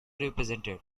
represented